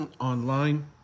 online